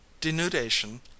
denudation